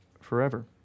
forever